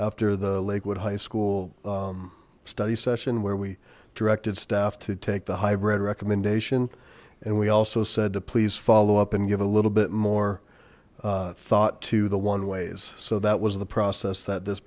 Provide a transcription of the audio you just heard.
after the lakewood high school study session where we directed staff to take the hybrid recommendation and we also said to please follow up and give a little bit more thought to the one ways so that was the process that this